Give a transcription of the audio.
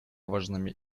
важными